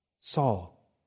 Saul